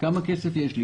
כמה כסף יש לי.